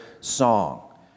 song